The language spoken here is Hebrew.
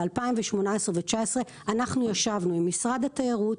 ב-2018 ו-2019 ישבנו עם משרד התיירות,